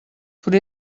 por